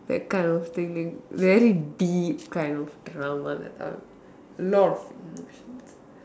that kind of thing very deep kind of drama like a lot of emotions